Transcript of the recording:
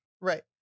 Right